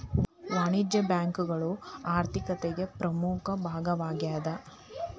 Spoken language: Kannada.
ವಾಣಿಜ್ಯ ಬ್ಯಾಂಕುಗಳು ಆರ್ಥಿಕತಿಗೆ ಪ್ರಮುಖ ಭಾಗವಾಗೇದ